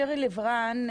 שירי לב רן,